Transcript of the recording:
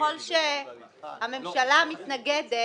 ככל שהממשלה מתנגדת,